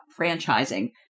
franchising